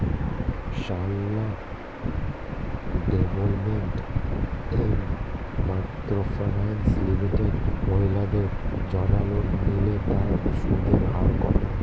Sarala development and micro finance limited মহিলাদের জন্য loan নিলে তার সুদের হার কত?